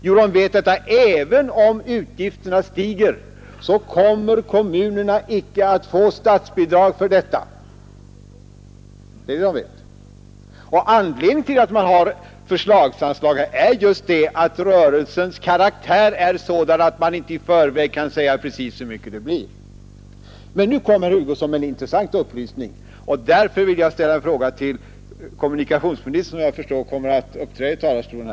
Jo, då vet de att även om utgifterna stiger, kommer de icke att få statsbidrag för stegringarna. Anledningen till att vi bör ha kvar formen förslagsanslag är just den att rörelsens karaktär är sådan, att man inte i förväg kan säga precis hur mycket pengar som kommer att gå åt. Men nu kom herr Hugosson med en intressant upplysning, och därför vill jag ställa en fråga till herr kommunikationsministern, eftersom jag förstår att han kommer att uppträda här i talarstolen.